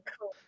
cool